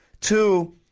Two